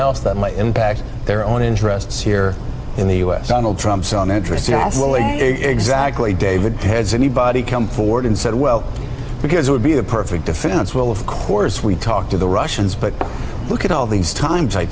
else that might impact their own interests here in the u s donald trump's own interests yes exactly david has anybody come forward and said well because it would be a perfect defense well of course we talk to the russians but look at all these times i